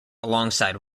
alongside